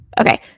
Okay